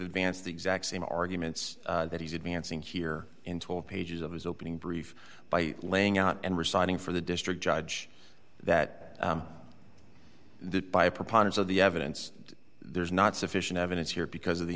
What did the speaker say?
advanced the exact same arguments that he's advancing here in twelve pages of his opening brief by laying out and reciting for the district judge that that by a preponderance of the evidence there is not sufficient evidence here because of the